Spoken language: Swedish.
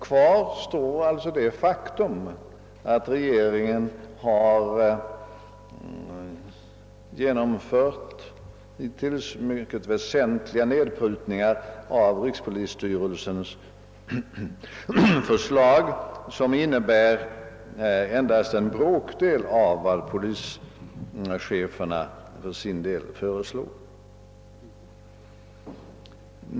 Kvar står emellertid det faktum att regeringen hittills har genomfört mycket väsentliga nedprutningar av rikspolisstyrelsens förslag, som inneburit endast en bråkdel av vad polischeferna för sin del föreslagit.